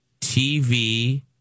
TV